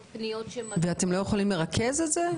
פניות --- אתם לא יכולים לרכז את זה?